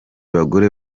bagore